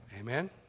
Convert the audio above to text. amen